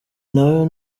nawe